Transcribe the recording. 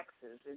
taxes